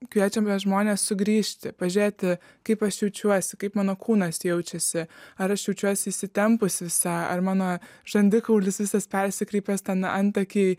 kviečiame žmones sugrįžti pažiūrėti kaip aš jaučiuosi kaip mano kūnas jaučiasi ar aš jaučiuosi įsitempusi visa ar mano žandikaulis visas persikreipęs ten antakiai